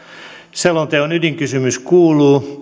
selonteon ydinkysymys kuuluu